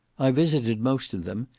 i visited most of them,